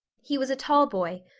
he was a tall boy,